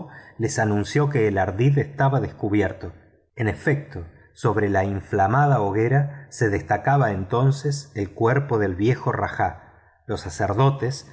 les anunció que el ardid estaba descubierto en efecto sobre la inflamada hoguera se destacaba entoces el cuerpo del viejo rajá los sacerdotes